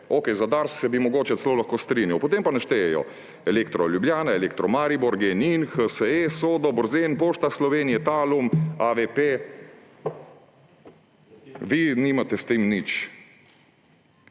okej, za Dars bi se mogoče celo lahko strinjal, potem pa naštejejo: Elektro Ljubljana, Elektro Maribor, GEN-I, HSE, SODO, Borzen, Pošta Slovenije, Talum, AVP. In vi nimate s tem nič.